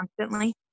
constantly